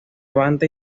banda